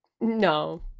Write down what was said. No